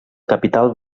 capital